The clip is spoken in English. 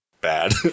bad